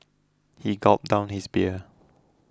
he gulped down his beer